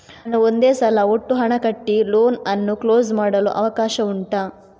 ನಾನು ಒಂದೇ ಸಲ ಒಟ್ಟು ಹಣ ಕಟ್ಟಿ ಲೋನ್ ಅನ್ನು ಕ್ಲೋಸ್ ಮಾಡಲು ಅವಕಾಶ ಉಂಟಾ